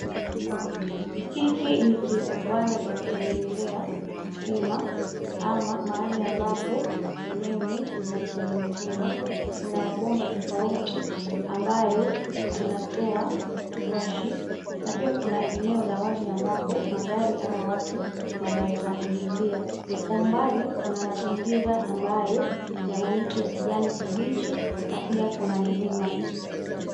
Hiki ni kiwanda cha kutengenezea stima ama mahali ambapo umeme unatengenezewa. Kuna mabomba tofauti ambayo zinatoa moshi na pia kuna eneo la wazi ambapo magari ama watu wanaeza ingilia. Kwa umbali kuna mazingira ambayo yana miti ya kijani kibichi na pia kuna milima.